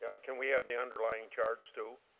ah can we have the underlying charge, too?